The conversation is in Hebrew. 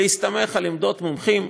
להסתמך על עמדות מומחים.